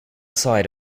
side